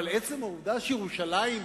אבל עצם העובדה שירושלים,